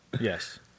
Yes